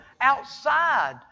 outside